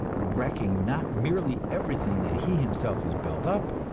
wrecking not merely everything that he himself has built up,